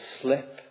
slip